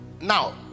Now